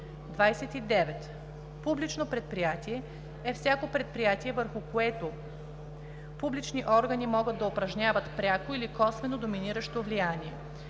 29. „Публично предприятие“ е всяко предприятие, върху което публични органи могат да упражняват, пряко или косвено, доминиращо влияние.